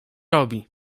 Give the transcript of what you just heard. robi